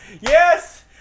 Yes